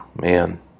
Man